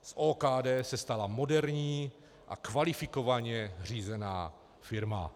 Z OKD se stala moderní a kvalifikovaně řízená firma.